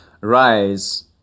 rise